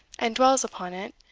and dwells upon it,